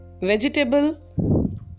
vegetable